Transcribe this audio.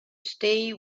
stay